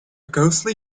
ghostly